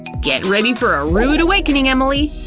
get ready for a rude awakening, emily!